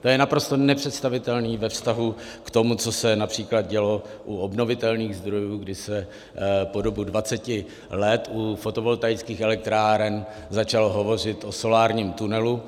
To je naprosto nepředstavitelné ve vztahu k tomu, co se například dělo u obnovitelných zdrojů, kdy se po dobu 20 let u fotovoltaických elektráren začalo hovořit o solárním tunelu.